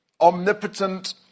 omnipotent